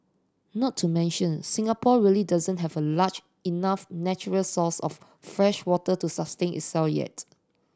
not to mention Singapore really doesn't have a large enough natural resource of freshwater to sustain itself yet